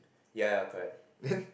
ya ya correct